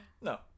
No